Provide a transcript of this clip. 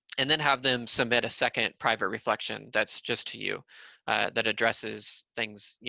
and then have them submit a second private reflection that's just to you that addresses things, you